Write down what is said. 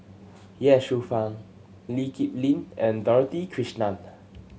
Ye Shufang Lee Kip Lin and Dorothy Krishnan